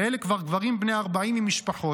ואלה כבר גברים בני 40 עם משפחות,